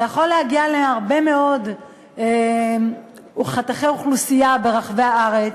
אתה יכול להגיע להרבה מאוד חתכי אוכלוסייה ברחבי הארץ.